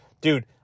dude